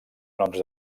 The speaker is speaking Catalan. noms